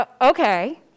okay